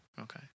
Okay